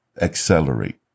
accelerate